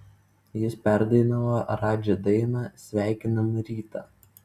jis perdainavo radži dainą sveikinam rytą